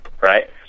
right